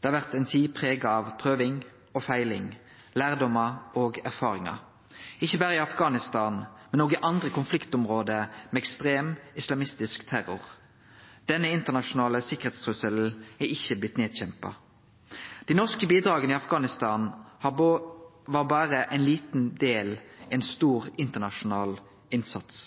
Det har vore ei tid prega av prøving og feiling, lærdomar og erfaringar – ikkje berre i Afghanistan, men òg i andre konfliktområde med ekstrem islamistisk terror. Denne internasjonale sikkerheitstrusselen er ikkje blitt nedkjempa. Dei norske bidraga i Afghanistan var berre ein liten del av ein stor internasjonal innsats.